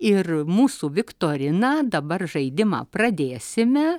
ir mūsų viktoriną dabar žaidimą pradėsime